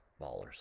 Ballers